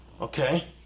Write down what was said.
Okay